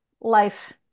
life